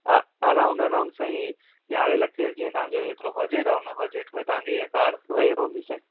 अ around around साईं यारहें लखे जो जीअं तव्हांजो जेतिरो बजेट आहे उन बजेट में तव्हांजी हीअ कार वेही रहंदी साईं